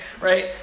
Right